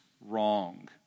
wrong